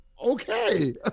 okay